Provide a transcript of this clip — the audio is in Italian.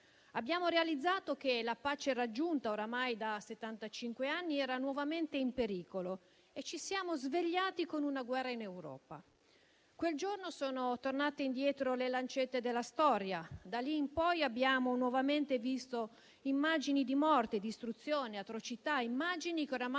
Abbiamo realizzato che la pace raggiunta oramai da settantacinque anni era nuovamente in pericolo e ci siamo svegliati con una guerra in Europa. Quel giorno sono tornate indietro le lancette della storia, da lì in poi abbiamo nuovamente visto immagini di morte, distruzione e atrocità, che oramai